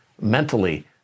mentally